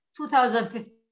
2015